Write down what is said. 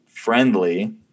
friendly